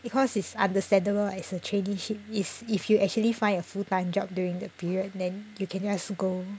because it's understandable as a traineeship it's if you actually find a full time job during the period then you can just go